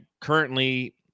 currently